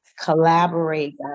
Collaborate